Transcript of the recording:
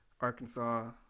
Arkansas